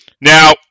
Now